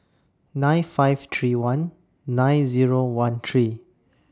nine five three one nine Zero one three